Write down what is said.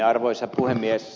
arvoisa puhemies